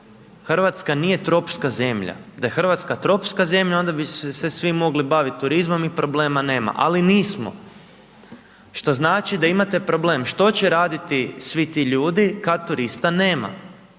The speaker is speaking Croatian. RH nije tropska zemlja, da je RH tropska zemlja onda bi se svi mogli baviti turizmom i problema nema, ali nismo, što znači da imate problem. Što će raditi svi ti ljudi kad turista nema?